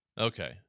Okay